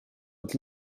het